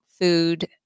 food